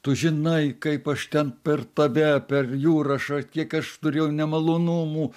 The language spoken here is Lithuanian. tu žinai kaip aš ten per tave per jurašą kiek aš turėjau nemalonumų